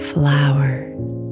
flowers